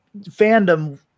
fandom